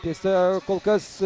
tiesa kol kas